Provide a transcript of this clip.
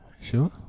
sure